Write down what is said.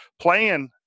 playing